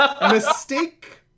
mistake